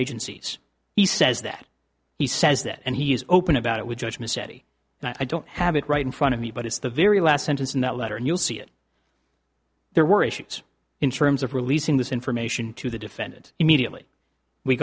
agencies he says that he says that and he is open about it with judge missy and i don't have it right in front of me but it's the very last sentence in that letter and you'll see it there were issues in terms of releasing this information to the defendant immediately we